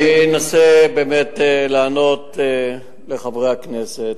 אני אנסה לענות לחברי הכנסת.